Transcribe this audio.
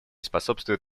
способствует